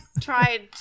tried